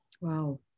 Wow